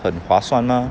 很划算 mah